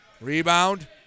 Rebound